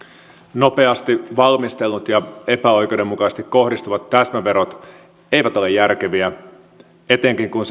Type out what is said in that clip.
nopeasti valmistellut ja epäoikeudenmukaisesti kohdistuvat täsmäverot eivät ole järkeviä etenkin kun